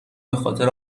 بخاطر